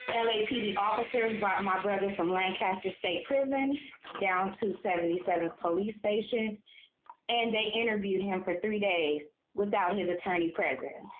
lapd officers by my brother from lancaster state prison down to seventy seven police station and they interviewed him for three days without his attorney president